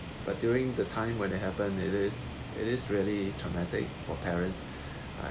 but during the time when it happen it is it is really traumatic for parents